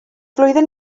flwyddyn